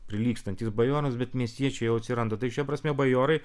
prilygstantys bajoras bet miestiečių jau atsiranda tai šia prasme bajorai